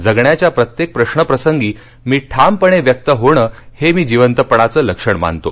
जगण्याच्या प्रत्येक प्रश्रप्रसंगी मी ठामपणे व्यक्त होणे हे मी जिवंतपणाचे लक्षण मानतो